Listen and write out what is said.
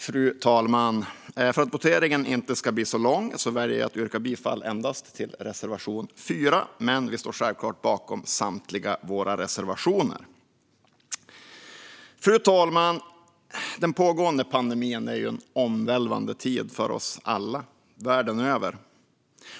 Fru talman! För att voteringen inte ska bli så lång väljer jag att yrka bifall endast till reservation 4, men vi står självklart bakom samtliga våra reservationer. Den pågående pandemin är en omvälvande tid för oss alla, världen över.